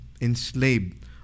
enslaved